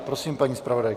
Prosím, paní zpravodajko.